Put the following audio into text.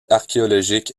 archéologique